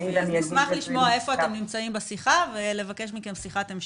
אשמח לשמוע איפה אתם נמצאים בשיחה ולבקש מכם שיחת המשך.